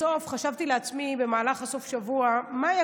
בסוף חשבתי לעצמי במהלך סוף השבוע מה היה